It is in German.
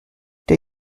der